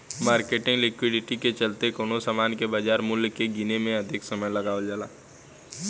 marketing liquidity के चलते कवनो सामान के बाजार मूल्य के गीने में अधिक समय लगावल जाला